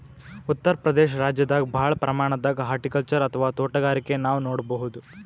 ಉತ್ತರ್ ಪ್ರದೇಶ ರಾಜ್ಯದಾಗ್ ಭಾಳ್ ಪ್ರಮಾಣದಾಗ್ ಹಾರ್ಟಿಕಲ್ಚರ್ ಅಥವಾ ತೋಟಗಾರಿಕೆ ನಾವ್ ನೋಡ್ಬಹುದ್